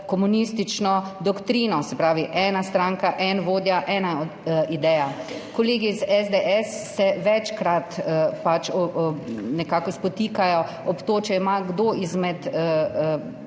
komunistično doktrino, se pravi, ena stranka, en vodja, ena ideja. Kolegi iz SDS se večkrat nekako spotikajo ob to, če ima kdo izmed